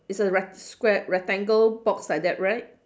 is a rec~ squa~ rectangle box like that right